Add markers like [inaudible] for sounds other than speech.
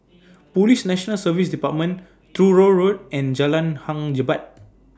[noise] Police National Service department Truro Road and Jalan Hang Jebat [noise]